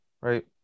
right